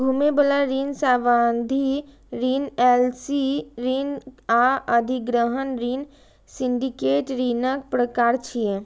घुमै बला ऋण, सावधि ऋण, एल.सी ऋण आ अधिग्रहण ऋण सिंडिकेट ऋणक प्रकार छियै